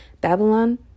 Babylon